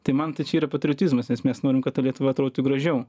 tai man tai čia yra patriotizmas nes mes norim kad ta lietuva atrodytų gražiau